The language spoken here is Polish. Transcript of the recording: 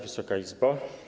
Wysoka Izbo!